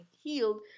healed